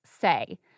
say